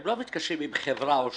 הם לא מתקשרים עם חברה או שתיים,